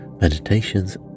meditations